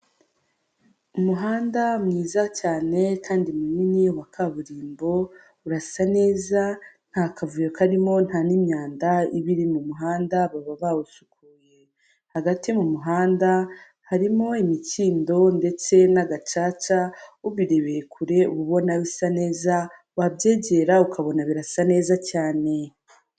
Umuhanda mwiza cyane kandi munini wa kaburimbo urasa neza nta kavuyo karimo nta n'imyanda iba iri mu muhanda baba bawusukuye, hagati mu muhanda harimo imikindo ndetse n'agacaca, ubirebeye kure ubona bisa neza, wabyegera ukabona birasa neza cyane.